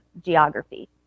geography